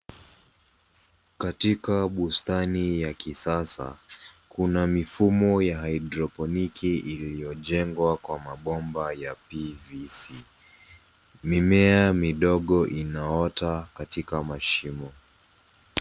Katika bustani ya kisasa, kuna mifumo ya haidroponiki iliyojengwa kwa mabomba ya PVC. Mimea midogo inaota katika mashimo.